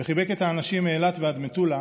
וחיבק את האנשים מאילת ועד מטולה,